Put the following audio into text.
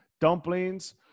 dumplings